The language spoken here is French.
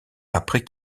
après